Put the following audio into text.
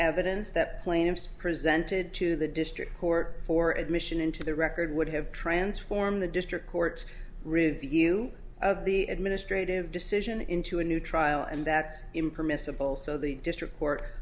evidence that claims presented to the district court for admission into the record would have transformed the district court's review of the administrative decision into a new trial and that's impermissible so the district